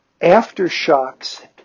Aftershock's